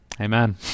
Amen